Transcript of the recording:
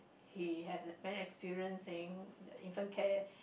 he had many experience saying the infant care